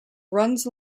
runs